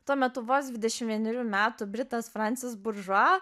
tuo metu vos dvidešim vienerių metų britas francis buržua